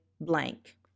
blank